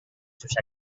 sus